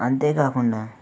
అంతేకాకుండా